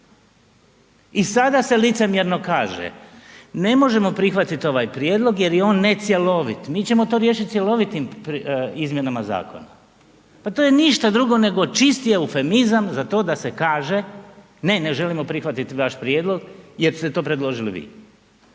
i sada se licemjerno kaže ne možemo prihvatit ovaj prijedlog jer je on necjelovit, mi ćemo to riješiti cjelovitim izmjenama zakona, pa to je ništa drugo nego čisti eufemizam za to da se kaže ne ne želimo prihvatit vaš prijedlog jer ste to predložili vi.